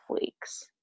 weeks